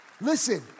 Listen